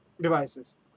devices